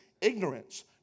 Ignorance